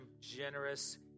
generous